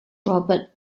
robert